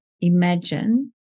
Imagine